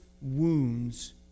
wounds